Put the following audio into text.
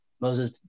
Moses